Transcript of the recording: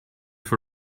for